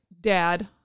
dad